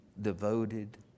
devoted